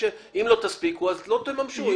אם לא תספיקו, אז לא תממשו.